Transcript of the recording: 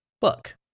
book